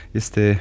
este